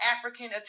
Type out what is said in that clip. African